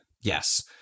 Yes